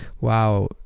wow